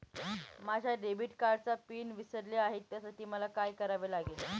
माझ्या डेबिट कार्डचा पिन विसरले आहे त्यासाठी मला काय करावे लागेल?